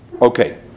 Okay